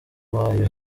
wayo